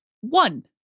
one